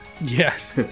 Yes